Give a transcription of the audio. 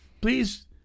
Please